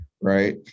right